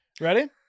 Ready